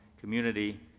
community